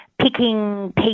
Picking